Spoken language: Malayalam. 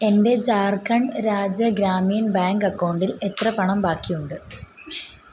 എന്റെ ജാർഖണ്ഡ് രാജ്യ ഗ്രാമീൺ ബാങ്ക് അക്കൗണ്ടിൽ എത്ര പണം ബാക്കിയുണ്ട്